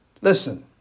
Listen